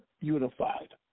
unified